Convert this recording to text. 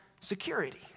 security